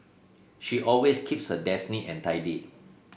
she always keeps her desk neat and tidy